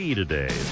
today